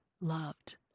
loved